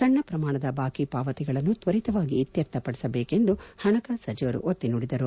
ಸಣ್ಣ ಪ್ರಮಾಣದ ಬಾಕಿ ಪಾವತಿಗಳನ್ನು ತ್ಲರಿತವಾಗಿ ಇತ್ನರ್ಥ ಪದಿಸಬೇಕೆಂದು ಹಣಕಾಸು ಸಚಿವರು ಒತ್ತಿ ನುಡಿದರು